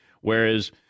whereas